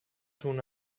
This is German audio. tun